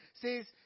says